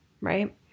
right